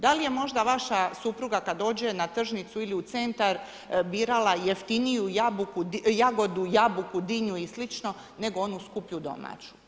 Da li je možda vaša supruga kad dođe na tržnicu ili u centar birala jeftiniju jagodu, jabuku, dinju ili slično, nego onu skuplju domaću?